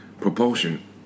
propulsion